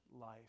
life